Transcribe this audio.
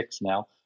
now